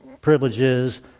privileges